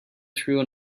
through